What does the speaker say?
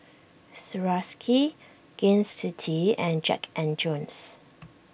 Swarovski Gain City and Jack and Jones